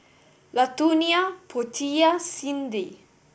Latonia Portia Cyndi